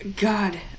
God